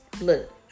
look